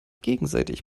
gegenseitig